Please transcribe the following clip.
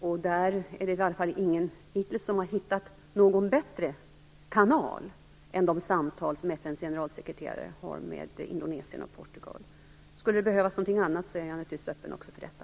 Det är i alla fall ingen hittills som har hittat någon bättre kanal än de samtal som FN:s generalsekreterare har med Indonesien och Portugal. Skulle det behövas någonting annat, är jag naturligtvis öppen också för detta.